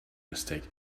mistake